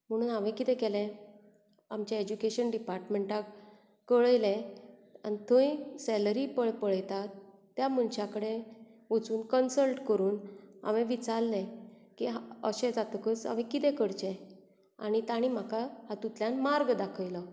म्हणून हांवे कितें केलें आमचें एडूकेशन डिपार्टमेंटाक कळयलें आनी थंय सेलरी पंय पळेतात त्या मनशा कडेन वचून कनसल्ट करुन हांवे विचारल्ले की अशें जातकच हांवे कितें करचें आनी तांणी म्हाका हातूंतल्यान मार्ग दाखयलो